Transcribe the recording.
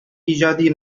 иҗади